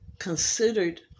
Considered